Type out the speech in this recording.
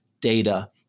data